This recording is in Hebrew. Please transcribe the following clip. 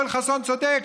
יואל חסון צודק,